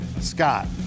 Scott